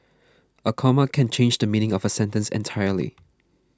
a comma can change the meaning of a sentence entirely